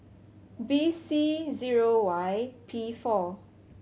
B C zero Y P four